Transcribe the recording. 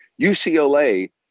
UCLA